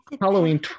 Halloween